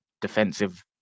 defensive